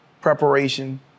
preparation